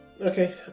Okay